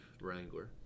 Wrangler